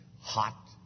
hot